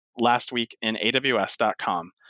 lastweekinaws.com